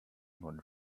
nun